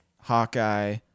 Hawkeye